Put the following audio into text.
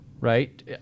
Right